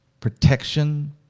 protection